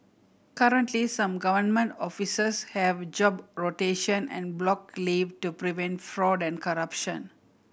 currently some government offices have job rotation and block leave to prevent fraud and corruption